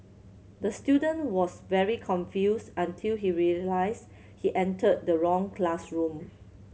the student was very confused until he realised he entered the wrong classroom